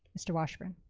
mr. washburn.